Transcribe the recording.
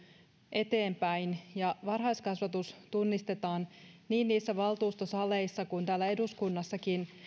eteenpäin ja varhaiskasvatus tunnistetaan niin valtuustosaleissa kuin täällä eduskunnassakin